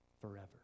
forever